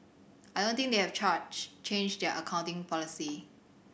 I don't think they have charge changed their accounting policy